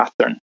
pattern